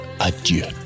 adieu